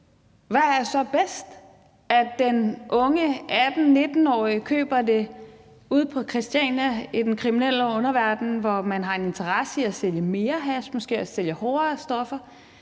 bedst. Er det, at den unge 18-19-årige køber det ude på Christiania i den kriminelle underverden, hvor man måske har en interesse i at sælge mere hash og sælge hårdere stoffer,